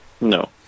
No